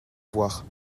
voir